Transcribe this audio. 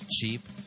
cheap